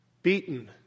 beaten